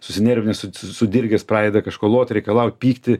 susinervinęs sudirgęs pradeda kažko lot reikalaut pykti